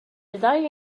ddau